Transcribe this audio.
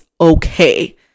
okay